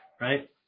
right